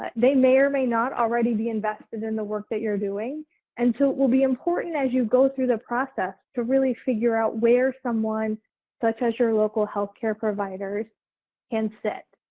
ah they may or may not already be invested in the work that you're doing and so it will be important as you go through the process to really figure out where someone such as your local healthcare provider can sit.